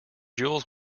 jewels